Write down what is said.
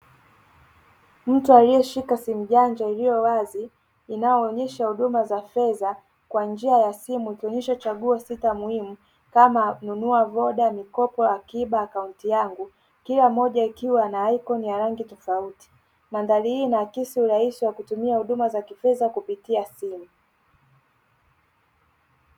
Mtu aliyeshika simu janja iliyo wazi inaoonesha huduma za fedha kwa njia za simu, ikionesha chaguo za muhimu kama nunua voda, ikopo, akiba, akaunti yangu, kila mmoja ikiwa na aikoni ya rangi tofauti. Mandhari hii inaakisi urahisi wa kutumia huduma za kifedha kupitia simu.